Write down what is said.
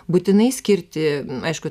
būtinai skirti aišku